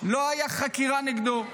לא הייתה חקירה נגדו,